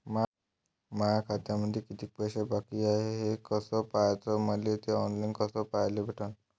माया खात्यामंधी किती पैसा बाकी हाय कस पाह्याच, मले थे ऑनलाईन कस पाह्याले भेटन?